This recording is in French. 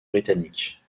britannique